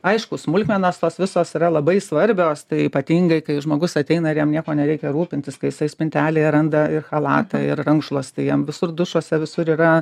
aišku smulkmenos tos visos yra labai svarbios tai ypatingai kai žmogus ateina jam nieko nereikia rūpintis kai jisai spintelėje randa ir chalatą ir rankšluostį jam visur dušuose visur yra